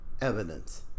evidence